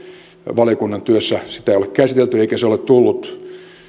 valiokunnan työssä sitä ei ole käsitelty eikä se ole tullut